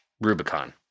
Rubicon